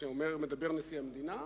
כשמדבר נשיא המדינה,